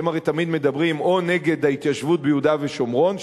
אתם הרי תמיד מדברים או נגד ההתיישבות ביהודה ושומרון,